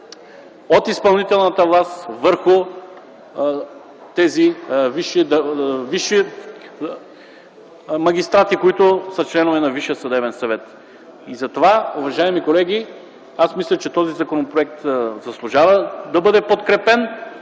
от изпълнителната власт върху тези висши магистрати, които са членове на Висшия съдебен съвет. Уважаеми колеги, аз мисля, че този законопроект заслужава да бъде подкрепен,